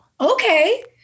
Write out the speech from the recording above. Okay